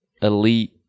elite